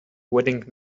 wedding